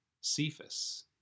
Cephas